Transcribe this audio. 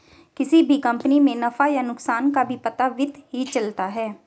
किसी भी कम्पनी के नफ़ा या नुकसान का भी पता वित्त ही चलता है